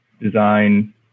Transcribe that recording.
design